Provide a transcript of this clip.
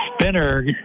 spinner